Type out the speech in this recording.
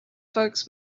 folks